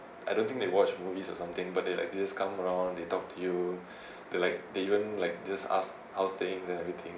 I don't think they watch movies or something but they like just come around they talk to you they like they even like just asked how's things and everything